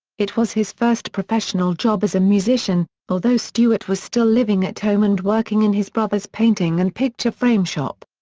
it was his first professional job as a musician, although stewart was still living at home and working in his brother's painting and picture frame shop.